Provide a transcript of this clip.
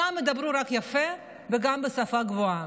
שם ידברו יפה וגם בשפה גבוהה,